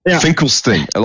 Finkelstein